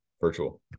virtual